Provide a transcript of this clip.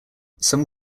some